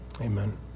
Amen